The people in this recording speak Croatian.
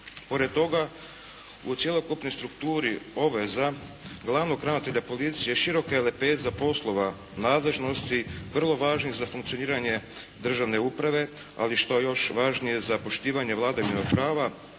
Pored toga u cjelokupnoj strukturi obveza glavnog ravnatelja policije široka je lepeza poslova nadležnosti vrlo važnih za funkcioniranje državne uprave, ali što je još važnije za poštivanje vladavine prava